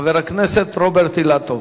ואחריו, חבר הכנסת רוברט אילטוב.